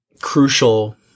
crucial